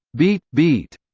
beat, beat!